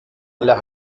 aller